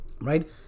right